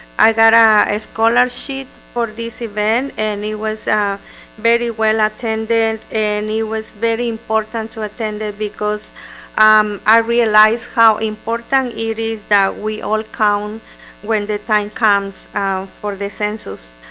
i got a scholarship for this event and it was very well attended and it was very important to attend it because um i realize how important and it is that we all count when the time comes for the census